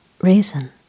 reason